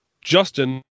Justin